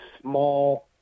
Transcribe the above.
small